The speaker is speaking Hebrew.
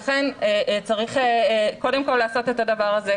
לכן צריך קודם כל לעשות את הדבר הזה,